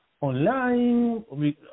online